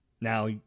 Now